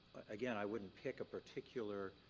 again, i wouldn't pick a particular.